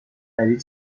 خرید